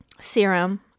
Serum